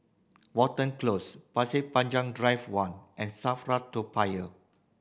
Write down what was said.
Watten Close Pasir Panjang Drive One and SAFRA Toa Payoh